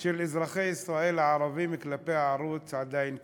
של אזרחי ישראל הערבים כלפי הערוץ עדיין קיימת.